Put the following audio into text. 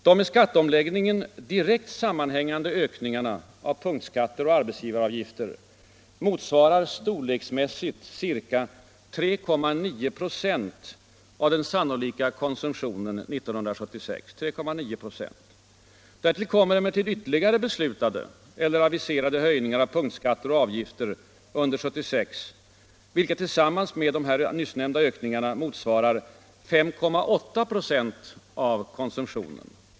De med skatteomläggningen direkt sammanhängande ökningarna av punktskatter och arbetsgivaravgifter motsvarar storleksmässigt ca 3,9 96 av den sannolika konsumtionen 1976. Därtill kommer emellertid ytterligare beslutade eller aviserade höjningar av punktskatter och avgifter under 1976, vilka tillsammans med de nyssnämnda ökningarna motsvarar ca 5,8 96 av konsumtionen.